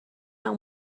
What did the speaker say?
اون